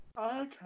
Okay